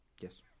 yes